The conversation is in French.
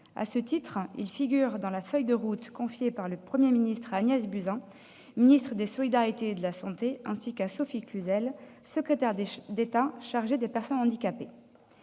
À ce titre, il figure dans la feuille de route confiée par le Premier ministre à Agnès Buzyn, ministre des solidarités et de la santé, ainsi qu'à Sophie Cluzel, secrétaire d'État chargée des personnes handicapées.